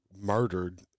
murdered